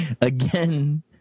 again